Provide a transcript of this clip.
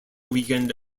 weekend